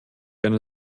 eine